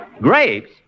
Grapes